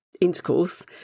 intercourse